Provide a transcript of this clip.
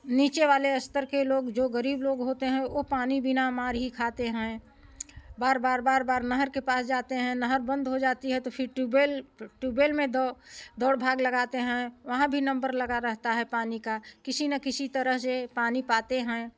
नीचे वाले स्तर के लोग जो गरीब लोग होते है वो पानी बिना मार ही खाते हैं बार बार बार बार नहर के पास जातें हैं नहर बंद हो जाती है तो फिर ट्यूब बेल ट्यूब बेल में दौड़ भाग लगातें हैं वहाँ भी नम्बर लगा रहता हैं पानी का किसी न किसी तरह से पानी पाते हैं